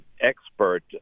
expert